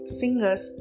singers